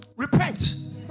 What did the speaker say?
Repent